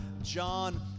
John